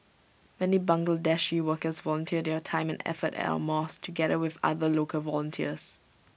many Bangladeshi workers volunteer their time and effort at our mosques together with other local volunteers